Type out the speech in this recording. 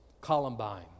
Columbine